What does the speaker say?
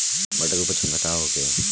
मटर के उपज क्षमता का होखे?